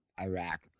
Iraq